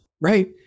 right